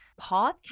Podcast